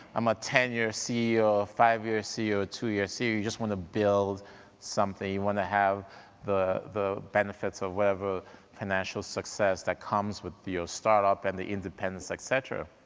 i'm a ten year ceo, a five year ceo a two year ceo, you just want to build something. you wanna have the the benefits of whatever financial success that comes with your startup and the independence, et cetera.